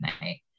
night